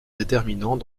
déterminant